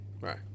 right